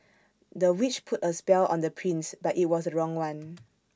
the witch put A spell on the prince but IT was the wrong one